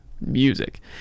music